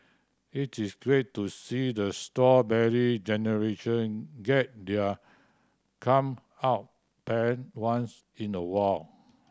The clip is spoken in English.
it is great to see the Strawberry Generation get their comeuppance once in a while